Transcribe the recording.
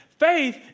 Faith